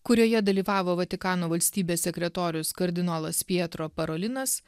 kurioje dalyvavo vatikano valstybės sekretorius kardinolas pietro parolinas